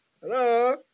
Hello